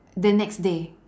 the next day